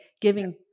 giving